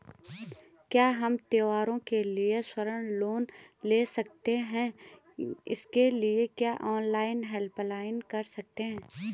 क्या हम त्यौहारों के लिए स्वर्ण लोन ले सकते हैं इसके लिए क्या ऑनलाइन अप्लाई कर सकते हैं?